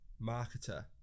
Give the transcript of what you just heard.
marketer